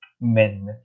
men